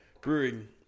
brewing